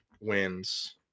wins